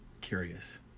Curious